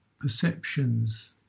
perceptions